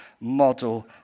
model